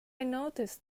noticed